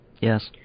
Yes